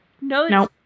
No